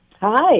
Hi